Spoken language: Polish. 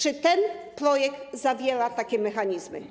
Czy ten projekt zawiera takie mechanizmy?